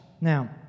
Now